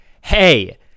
Hey